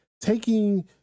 taking